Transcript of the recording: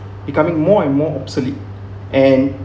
becoming more and more obsolete and